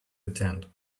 attend